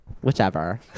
whichever